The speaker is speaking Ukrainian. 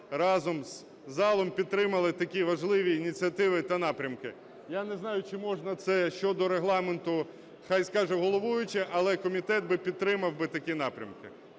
разом із залом підтримали такі важливі ініціативи та напрямки. Я не знаю, чи можна це щодо Регламенту, хай скаже головуючий, але комітет підтримав би такі напрямки.